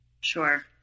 Sure